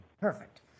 Perfect